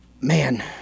Man